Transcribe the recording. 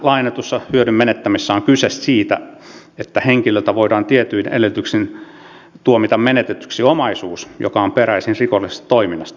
laajennetussa hyödyn menettämisessä on kyse siitä että henkilöltä voidaan tietyn edellytyksin tuomita menetetyksi omaisuus joka on peräisin rikollisesta toiminnasta